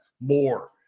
more